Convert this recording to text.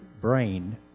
brain